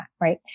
right